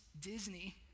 Disney